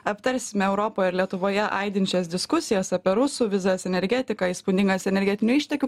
aptarsime europoje ir lietuvoje aidinčias diskusijas apie rusų vizas energetiką įspūdingas energetinių išteklių